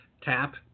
Tap